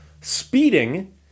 speeding